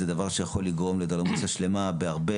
זה דבר שיכול לגרום לאנדרלמוסיה שלמה בהרבה